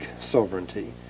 sovereignty